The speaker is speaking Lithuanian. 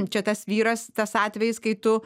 čia tas vyras tas atvejis kai tu